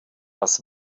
das